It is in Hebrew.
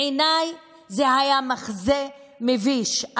בעיניי זה היה מחזה מביש.